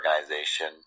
organization